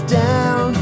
down